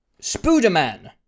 Spooderman